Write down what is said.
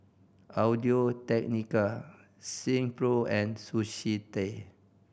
Audio Technica Silkpro and Sushi Tei